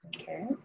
okay